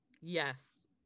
yes